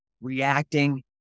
reacting